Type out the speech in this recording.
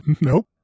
Nope